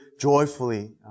joyfully